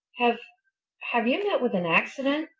have have you met with an accident?